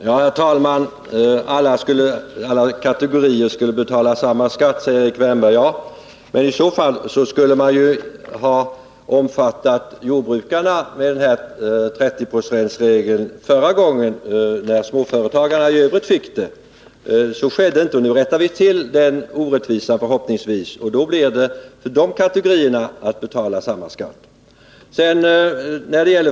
Herr talman! Alla kategorier skall betala samma skatt, säger Erik Wärnberg. Men i så fall skulle man ha omfattat jordbrukarna med den här 30-procentsregeln när den infördes för småföretagarna i övrigt. Så skedde inte, och förhoppningsvis rättar vi nu till den orättvisan. Då blir det för de kategorierna att betala samma skatt.